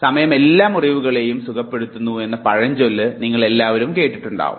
സമയം എല്ലാ മുറിവുകളെയും സുഖപ്പെടുത്തുന്നു എന്ന പഴഞ്ചൊല്ല് നിങ്ങൾ എല്ലാവരും കേട്ടിട്ടുണ്ടാകണം